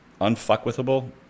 unfuckwithable